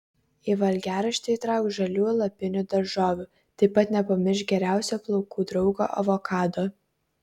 į valgiaraštį įtrauk žalių lapinių daržovių taip pat nepamiršk geriausio plaukų draugo avokado